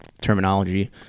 terminology